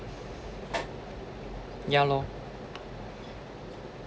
ya lor